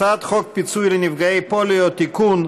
הצעת חוק פיצוי לנפגעי פוליו (תיקון,